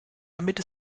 damit